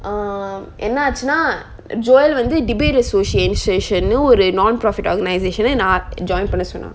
um என்னாச்சுனா:ennachuna joel வந்து:vanthu debate association னு ஒரு:nu oru nonprofit organisation lah நா:na join பண்ண சொன்னான்:panna sonnan